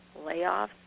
layoffs